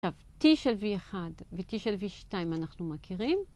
עכשיו, T של V1 ו-T של V2 אנחנו מכירים.